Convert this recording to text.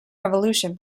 revolution